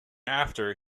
after